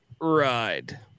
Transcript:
ride